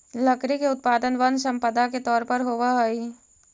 लकड़ी के उत्पादन वन सम्पदा के तौर पर होवऽ हई